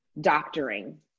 doctoring